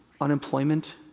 unemployment